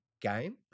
game